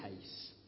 case